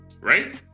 Right